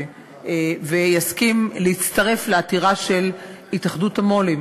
ויסכים להצטרף לעתירה של התאחדות המו"לים.